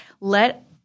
Let